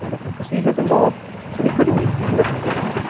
different procedures involved, so we couldn't use the us edition.